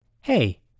Hey